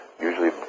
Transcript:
usually